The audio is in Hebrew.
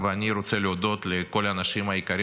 ואני רוצה להודות לכל האנשים היקרים